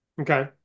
Okay